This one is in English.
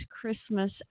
Christmas